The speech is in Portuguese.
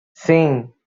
sim